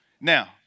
Now